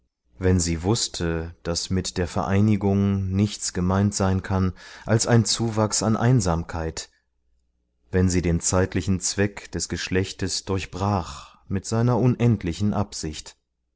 wenn sie wußte daß mit der vereinigung nichts gemeint sein kann als ein zuwachs an einsamkeit wenn sie den zeitlichen zweck des geschlechtes durchbrach mit seiner unendlichen absicht